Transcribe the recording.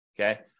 Okay